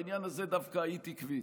בעניין הזה דווקא היית עקבית.